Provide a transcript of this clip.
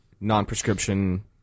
non-prescription